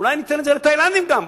אולי ניתן את זה לתאילנדים גם כן?